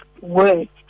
words